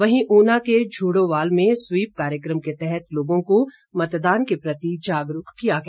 वहीं ऊना के झड़ोवाल में स्वीप कार्यक्रम के तहत लोगों को मतदान के प्रति जागरूक किया गया